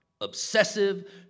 Obsessive